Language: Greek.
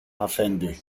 αφέντη